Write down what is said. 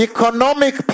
Economic